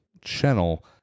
channel